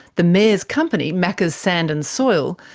the mayor's company, macka's sand and soil,